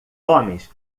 homens